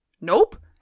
Nope